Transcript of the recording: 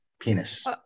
penis